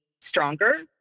stronger